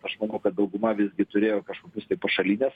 aš manau kad dauguma visgi turėjo kažkokius tai pašalinines